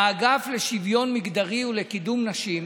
האגף לשוויון מגדרי ולקידום נשים,